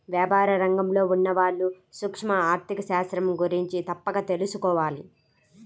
వ్యాపార రంగంలో ఉన్నవాళ్ళు సూక్ష్మ ఆర్ధిక శాస్త్రం గురించి తప్పక తెలుసుకోవాలి